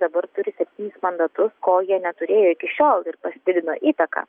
dabar turi septynis mandatus ko jie neturėjo iki šiol ir pasididino įtaką